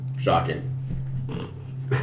shocking